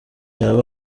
yaba